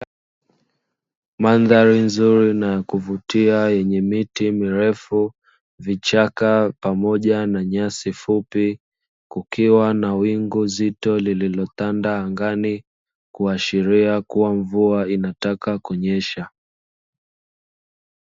Mandhari nzuri na ya kuvutia yenye miti mirefu, vichaka pamoja na nyasi fupi, kukiwa na wingu zito lililotanda angani, kuashiria kuwa mvua inataka kunyesha.